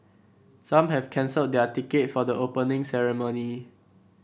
some have cancelled their ticket for the Opening Ceremony